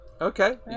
Okay